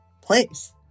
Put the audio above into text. place